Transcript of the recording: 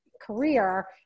career